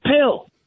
pill